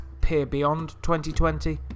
peerbeyond2020